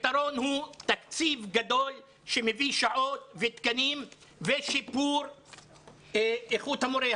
הפתרון הוא תקציב גדול שמביא שעות ותקנים ושיפור איכות המורה.